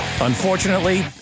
Unfortunately